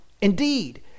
Indeed